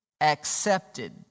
accepted